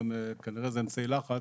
כנראה זה אמצעי לחץ,